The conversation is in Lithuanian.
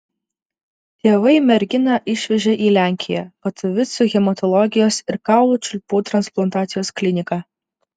tėvai merginą išvežė į lenkiją katovicų hematologijos ir kaulų čiulpų transplantacijos kliniką